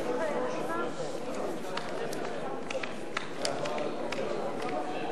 קבוצת סיעת חד"ש וקבוצת סיעת רע"ם-תע"ל לסעיף 54(ו)